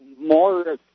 more